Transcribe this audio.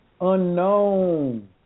unknown